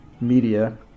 media